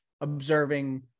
observing